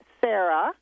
Sarah